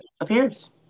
appears